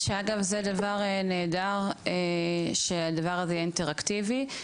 שאגב, זה דבר נהדר, שהדבר הזה יהיה אינטראקטיבי.